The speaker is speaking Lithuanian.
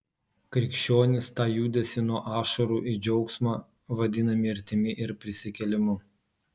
krikščionys tą judesį nuo ašarų į džiaugsmą vadina mirtimi ir prisikėlimu